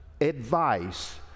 advice